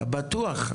בטוח.